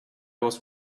was